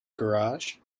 garage